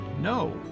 No